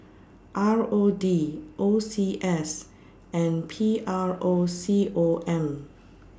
R O D O C S and P R O C O M